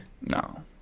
No